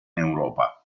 europa